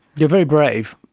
you're very brave.